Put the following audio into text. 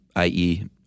IE